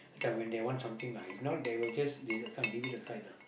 as when they want something lah if not they will just leave this one leave it aside lah